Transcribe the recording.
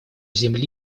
земли